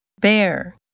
Bear